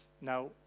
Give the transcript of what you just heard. Now